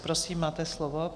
Prosím, máte slovo.